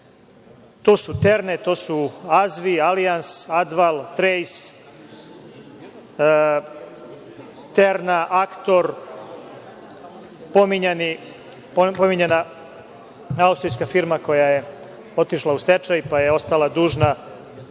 To su „Terne“, to su „Azvi“, „Alijans“, „Adval“, „Trejs“, „Terna“, „Aktor“, pominjana austrijska firma koja je otišla u stečaj, pa je ostala dužna